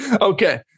Okay